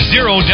Zero